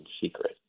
secret